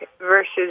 versus